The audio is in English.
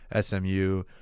SMU